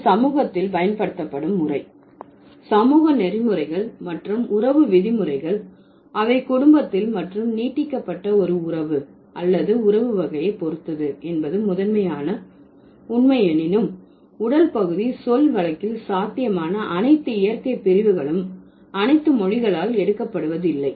அது சமூகத்தில் பயன்படுத்தப்படும் முறை சமூக நெறிமுறைகள் மற்றும் உறவு விதிமுறைகள் அவை குடும்பத்தில் மற்றும் நீட்டிக்கப்பட்ட ஒரு உறவு அல்லது உறவு வகையை பொறுத்தது என்பது முதன்மையான உண்மை எனினும் உடல் பகுதி சொல் வழக்கில் சாத்தியமான அனைத்து இயற்கை பிரிவுகளும் அனைத்து மொழிகளால் எடுக்கப்படுவதில்லை